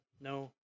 no